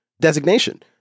designation